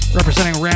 representing